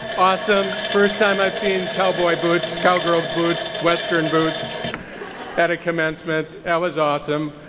awesome, first time i've seen cowboy boots, cowgirl boots, western boots at a commencement. that was awesome.